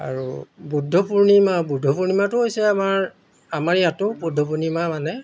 আৰু বুদ্ধ পূৰ্ণিমা বুদ্ধ পূৰ্ণিমাটো হৈছে আমাৰ আমাৰ ইয়াতো বুদ্ধ পূৰ্ণিমা মানে